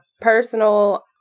personal